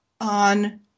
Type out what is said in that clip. on